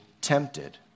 tempted